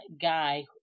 guy